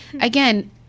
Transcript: again